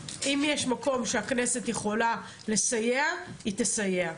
אם יש מקום שהכנסת יכולה לסייע היא תסייע.